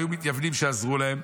היו מתייוונים שעזרו להם.